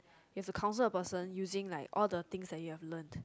you have to counsel a person using like all the thing that you have learn